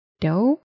Dough